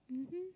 mmhmm